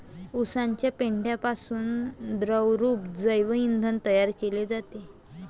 उसाच्या पेंढ्यापासून द्रवरूप जैव इंधन तयार केले जाते